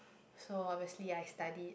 so obviously I studied